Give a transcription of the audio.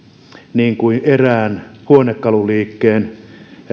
niin kuin erään huonekaluliikkeen